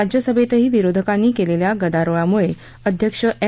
राज्यसभेतही विरोधकांनी केलेल्या गदारोळामुळे अध्यक्ष एम